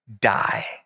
die